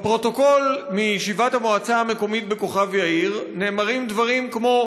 בפרוטוקול מישיבת המועצה המקומית בכוכב יאיר נאמרים דברים כמו: